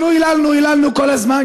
אנחנו היללנו כל הזמן,